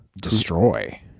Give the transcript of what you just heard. destroy